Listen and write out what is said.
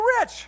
rich